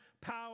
power